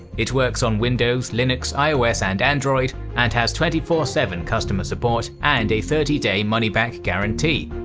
it works on windows, linux, ios, and android and has twenty four seven customer support and a thirty day money-back guarantee!